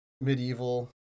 medieval